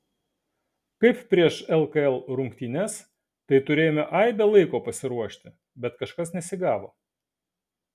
kaip prieš lkl rungtynes tai turėjome aibę laiko pasiruošti bet kažkas nesigavo